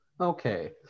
Okay